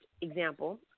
example